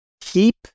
keep